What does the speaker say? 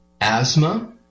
asthma